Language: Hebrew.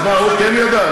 אז מה, הוא כן ידע?